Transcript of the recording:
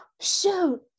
shoot